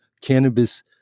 cannabis